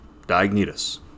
diagnetus